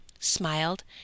smiled